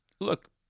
look